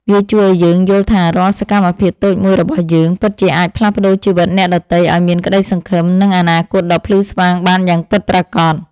វាជួយឱ្យយើងយល់ថារាល់សកម្មភាពតូចមួយរបស់យើង ពិតជាអាចផ្លាស់ប្តូរជីវិតអ្នកដទៃឱ្យមានក្ដីសង្ឃឹម និងអនាគតដ៏ភ្លឺស្វាងបានយ៉ាងពិតប្រាកដ។